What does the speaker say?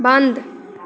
बन्द